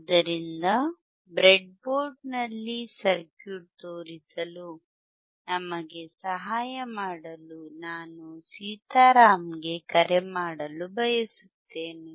ಆದ್ದರಿಂದ ಬ್ರೆಡ್ಬೋರ್ಡ್ನಲ್ಲಿ ಸರ್ಕ್ಯೂಟ್ ತೋರಿಸಲು ನಮಗೆ ಸಹಾಯ ಮಾಡಲು ನಾನು ಸೀತಾರಾಮ್ಗೆ ಕರೆ ಮಾಡಲು ಬಯಸುತ್ತೇನೆ